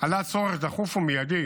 עלה צורך דחוף ומיידי